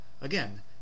Again